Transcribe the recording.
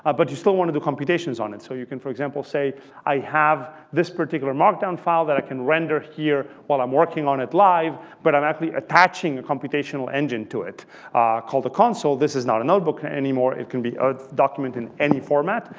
ah but you still want to do computations on it. so you can, for example, i have this particular markdown file that i can render here while i'm working on it live, but i'm actually attaching a computational engine to it called the console. this is not a notebook anymore. it can be a document in any format.